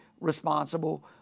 responsible